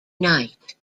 night